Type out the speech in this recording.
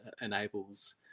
enables